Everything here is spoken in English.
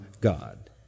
God